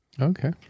Okay